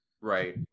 right